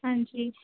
ਹਾਂਜੀ